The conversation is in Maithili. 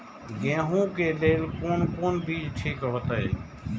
गेहूं के लेल कोन बीज ठीक होते?